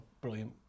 brilliant